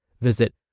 Visit